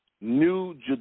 New